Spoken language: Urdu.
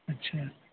اچھا